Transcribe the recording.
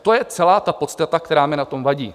To je celá ta podstata, která mi na tom vadí.